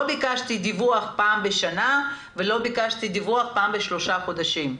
לא ביקשתי דיווח פעם בשנה ולא ביקשתי דיווח פעם בשלושה חודשים.